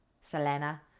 Selena